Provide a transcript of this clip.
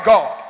God